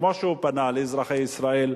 כפי שהוא פנה לאזרחי ישראל,